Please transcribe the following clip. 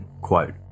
quote